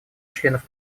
членов